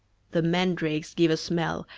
the mandrakes give a smell,